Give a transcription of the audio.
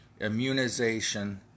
immunization